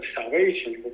salvation